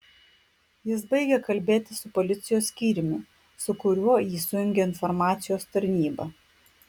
jis baigė kalbėti su policijos skyriumi su kuriuo jį sujungė informacijos tarnyba